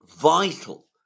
vital